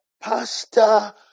Pastor